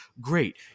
Great